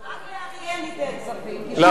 רק לאריאל ניתן כספים, כי שם מלמדים דברים נכונים.